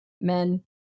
men